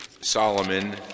Solomon